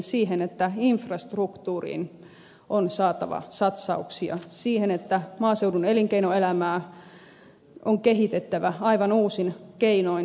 siihen että infrastruktuuriin on saatava satsauksia siihen että maaseudun elinkeinoelämää on kehitettävä aivan uusin keinoin